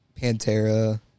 Pantera